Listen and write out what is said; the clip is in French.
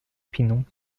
pinon